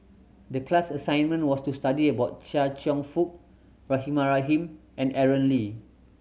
the class assignment was to study about Chia Cheong Fook Rahimah Rahim and Aaron Lee